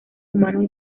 humanos